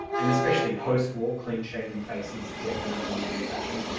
and especially post-war clean-shaven faces definitely in fashion.